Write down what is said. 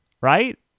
right